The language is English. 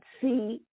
see